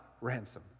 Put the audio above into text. ransom